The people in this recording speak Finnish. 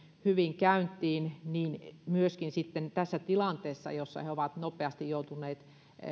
hyvin käyntiin myöskin tässä tilanteessa jossa he he ovat nopeasti joutuneet